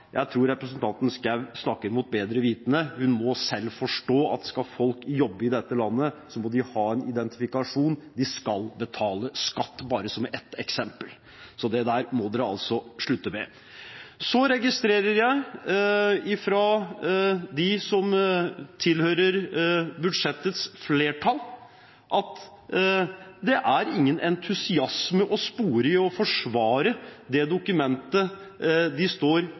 Jeg tror representanten Schou snakker mot bedre vitende. Hun må selv forstå at skal folk jobbe i dette landet, må de ha en identifikasjon. De skal betale skatt – bare som ett eksempel. Så det må de altså slutte med. Så registrerer jeg fra dem som tilhører budsjettforslagets flertall, at det er ingen entusiasme å spore i å forsvare det dokumentet de står